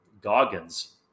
Goggins